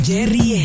Jerry